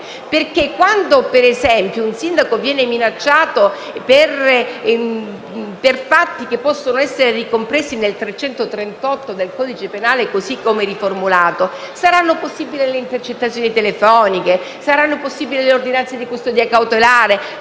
Quando, per esempio, un sindaco viene minacciato per fatti che possono essere ricompresi nell'articolo 338 del codice penale, così come riformulato, saranno possibili le intercettazioni telefoniche e le ordinanze di custodia cautelare.